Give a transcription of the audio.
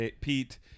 Pete